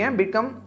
become